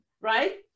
right